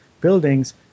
buildings